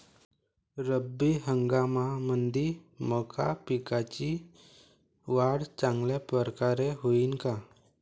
रब्बी हंगामामंदी मका पिकाची वाढ चांगल्या परकारे होईन का?